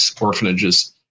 orphanages